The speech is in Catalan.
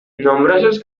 nombrosos